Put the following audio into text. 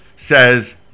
says